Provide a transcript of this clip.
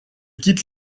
quitte